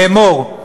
לאמור,